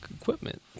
equipment